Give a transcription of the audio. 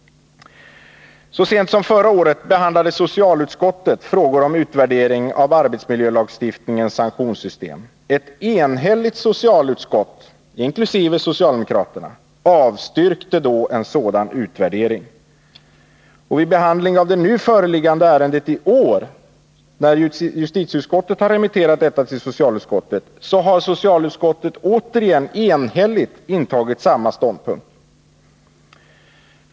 Så sent som förra året behandlade socialutskottet frågor om utvärdering av arbetsmiljölagstiftningens sanktionssystem. Ett enhälligt socialutskott, alltså inkl. socialdemokraterna, avstyrkte en sådan utvärdering. Vid behandlingen av det nu föreliggande ärendet, vilket justitieutskottet har remitterat till socialutskottet, har socialutskottet återigen enhälligt intagit samma ståndpunkt.